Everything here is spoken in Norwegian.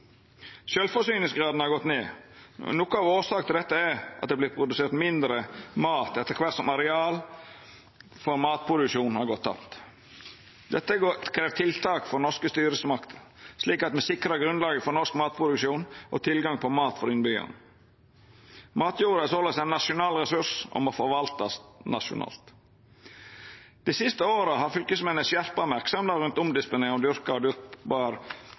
Sjølvforsyningsgraden har gått ned, og noko av årsaka til dette er at det vert produsert mindre mat etter kvart som areal for matproduksjon har gått tapt. Dette krev tiltak frå norske styresmakter, slik at me sikrar grunnlaget for norsk matproduksjon og tilgang på mat for innbyggjarane. Matjorda er såleis ein nasjonal ressurs og må forvaltast nasjonalt. Dei siste åra har fylkesmennene skjerpa merksemda rundt omdisponering av dyrka